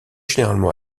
généralement